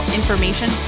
information